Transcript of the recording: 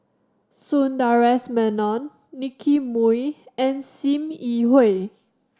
Sundaresh Menon Nicky Moey and Sim Yi Hui